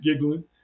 giggling